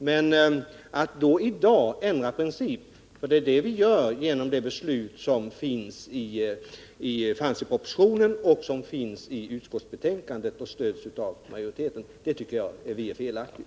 Men att i dag ändra princip, vilket vi gör om vi bifaller det förslag som finns i propositionen och som stöds av utskottsmajoriteten, tycker vi är felaktigt.